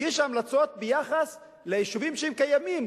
הגישה המלצות ביחס ליישובים שהם קיימים.